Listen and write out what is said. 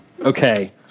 Okay